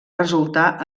resultar